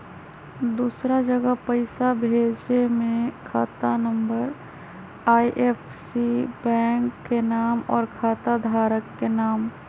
दूसरा जगह पईसा भेजे में खाता नं, आई.एफ.एस.सी, बैंक के नाम, और खाता धारक के नाम?